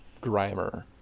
grimer